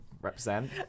represent